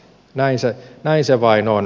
näin se vain on